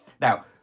Now